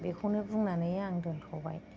बेखौनो बुंनानै आं दोनथ'बाय